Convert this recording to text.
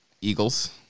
Eagles